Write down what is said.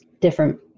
different